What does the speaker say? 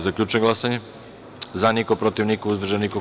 Zaključujem glasanje: za – niko, protiv – niko, uzdržanih – nema.